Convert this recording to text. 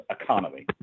economy